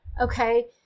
Okay